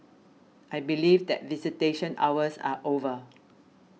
I believe that visitation hours are over